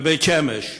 בבית-שמש.